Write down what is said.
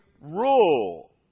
rule